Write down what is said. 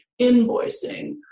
invoicing